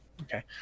Okay